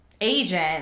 agent